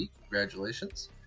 congratulations